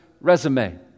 resume